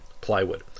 plywood